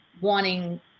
wanting